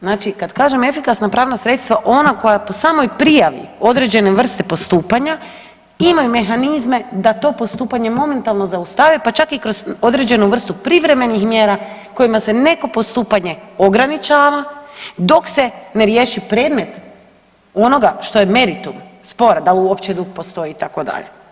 Znači kad kažem efikasna pravna sredstva ona koja po samoj prijavi određene vrste postupanju imaju mehanizme da to postupanje momentalno zaustave pa čak i kroz određenu vrstu privremenih mjera kojima se neko postupanje ograničava dok se ne riješi predmet onoga što je meritum spora da uopće dug postoji itd.